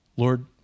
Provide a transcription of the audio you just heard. Lord